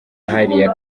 hariya